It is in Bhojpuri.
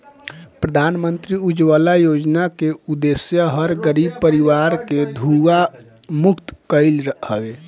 प्रधानमंत्री उज्ज्वला योजना के उद्देश्य हर गरीब परिवार के धुंआ मुक्त कईल हवे